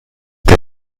der